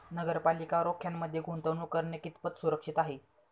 नगरपालिका रोख्यांमध्ये गुंतवणूक करणे कितपत सुरक्षित आहे?